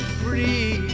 free